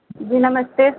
जी नमस्ते